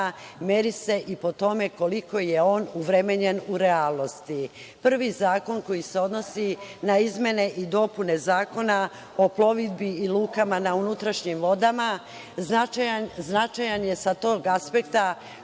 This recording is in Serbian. meri se i po tome koliko je on uvremenjen u realnosti. Prvi zakon koji se odnosi na izmene i dopune Zakona o plovidbi lukama na unutrašnjim vodama značajan je sa tog aspekta